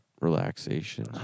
relaxation